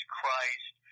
Christ